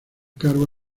cargo